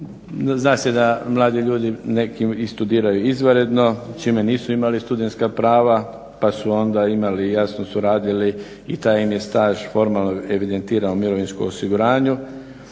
Zna se da mladi ljudi neki studiraju izvanredno čime nisu imali studentska prava pa su onda imali jasno su radili i taj im je staž formalno evidentirao u mirovinskom osiguranju